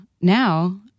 now